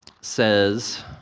says